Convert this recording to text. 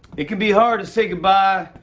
it can be hard to say goodbye,